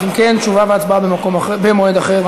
אם כן, תשובה והצבעה במועד אחר.